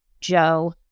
Joe